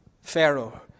Pharaoh